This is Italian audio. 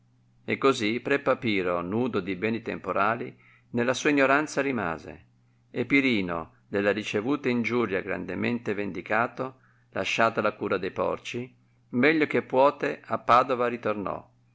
e così pre papiro nudo di beni temporali nella sua ignoranza rimase e pirino della ricevuta ingiuria grandemente vendicato lasciata la cura de porci meglio che puote a padova ritornò